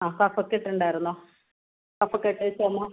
ആ കഫകെട്ടുണ്ടായിരുന്നോ കഫക്കെട്ട് ചുമ